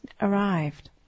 arrived